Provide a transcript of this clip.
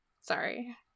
Sorry